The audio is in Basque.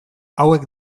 hauek